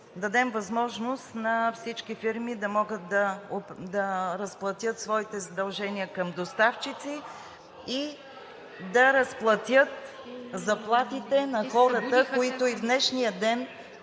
дадем възможност на всички фирми да могат да разплатят своите задължения към доставчици и да разплатят заплатите на хората (реплики от